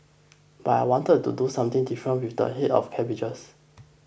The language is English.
but I wanted to do something different with the head of cabbages